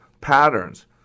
patterns